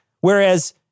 Whereas